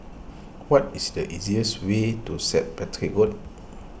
what is the easiest way to Saint Patrick's Road